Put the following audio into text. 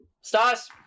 Stars